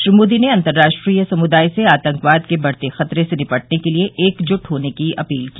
श्री मोदी ने अंतरराष्ट्रीय समुदाय से आतंकवाद के बढते खतरे से निपटने के लिए एकजुट होने की अपील की